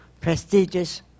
prestigious